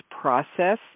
process